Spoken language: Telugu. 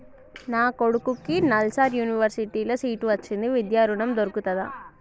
నా కొడుకుకి నల్సార్ యూనివర్సిటీ ల సీట్ వచ్చింది విద్య ఋణం దొర్కుతదా?